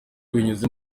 binyuze